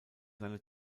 seine